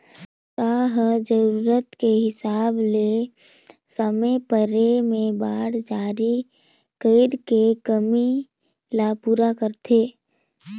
सरकार ह जरूरत के हिसाब ले समे परे में बांड जारी कइर के कमी ल पूरा करथे